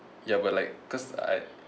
ya but like because I